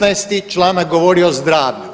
16. članak govori o zdravlju.